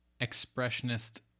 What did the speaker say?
expressionist